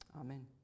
Amen